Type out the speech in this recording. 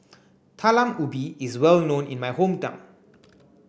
Talam Ubi is well known in my hometown